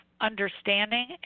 understanding